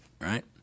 right